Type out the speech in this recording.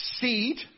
seed